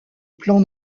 plan